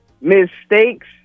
mistakes